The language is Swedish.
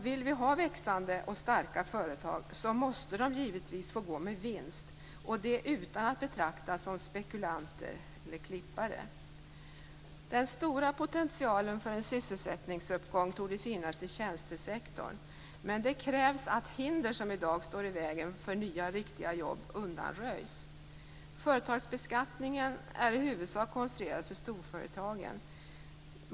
Vill vi ha växande och starka företag, måste de givetvis få gå med vinst - utan att företagarna betraktas som spekulanter och klippare. Den stora potentialen för en sysselsättningsuppgång torde finnas i tjänstesektorn. Men det krävs att de hinder som i dag står i vägen för nya riktiga jobb undanröjs. Företagsbeskattningen är i huvudsak konstruerad för storföretagen.